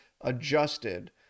adjusted